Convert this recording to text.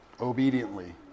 obediently